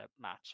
match